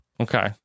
Okay